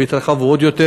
ויתרחבו עוד יותר.